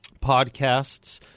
podcasts